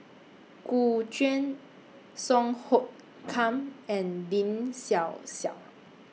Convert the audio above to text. Gu Juan Song Hoot Kiam and Lin Xiao Xiao